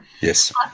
Yes